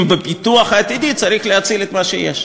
בפיתוח העתידי צריך להציל את מה שיש.